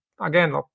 Again